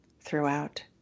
throughout